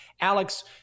Alex